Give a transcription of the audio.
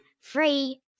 free